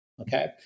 okay